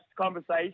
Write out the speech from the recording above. conversation